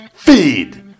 Feed